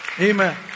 Amen